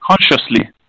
consciously